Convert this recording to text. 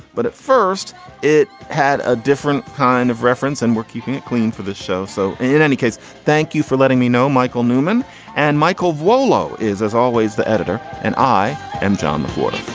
but at first it had a different kind of reference and we're keeping it clean for the show. so in any case, thank you for letting me know michael newman and michael volo is, as always, the editor and i and jon before